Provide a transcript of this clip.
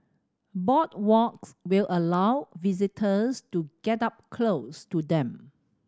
boardwalks will allow visitors to get up close to them